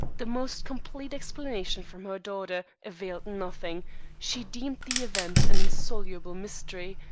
the most complete explanation from her daughter availed nothing she deemed the event an insoluble mystery,